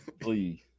Please